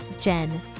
Jen